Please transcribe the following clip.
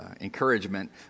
encouragement